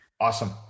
Awesome